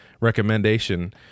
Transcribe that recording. recommendation